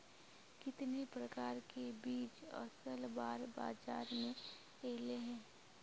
कितने प्रकार के बीज असल बार बाजार में ऐले है?